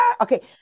Okay